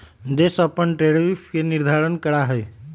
देश अपन टैरिफ के निर्धारण करा हई